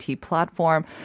platform